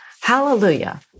hallelujah